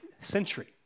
century